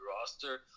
roster